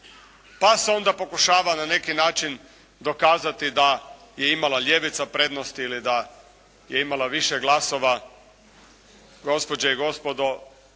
pa se onda pokušava na neki način dokazati da je imala ljevica prednosti ili da je imala više glasova. Gospođe i gospodo,